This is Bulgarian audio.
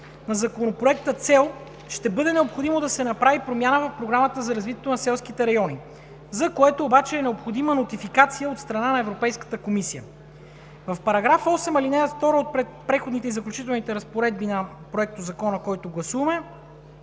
в Законопроекта цел, ще бъде необходимо да се направи промяна в Програмата за развитие на селските райони, за което обаче е необходима нотификация от страна на Европейската комисия. В § 8, ал. 2 от Преходните и заключителни разпоредби на Проектозакона, който гласуваме,